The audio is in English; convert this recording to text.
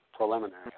preliminary